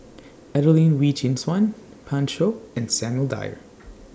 Adelene Wee Chin Suan Pan Shou and Samuel Dyer